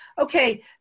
okay